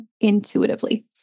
intuitively